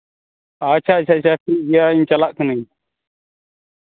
ᱟᱪᱪᱷᱟ ᱟᱪᱪᱷᱟ ᱴᱷᱤᱠ ᱜᱮᱭᱟ ᱤᱧ ᱪᱟᱞᱟᱜ ᱠᱟᱹᱱᱟᱹᱧ